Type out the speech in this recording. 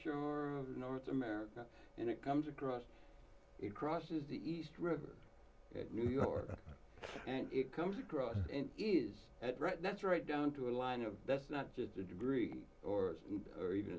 shore north america and it comes across it crosses the east river new york and it comes across is that right that's right down to a line of that's not just a degree or even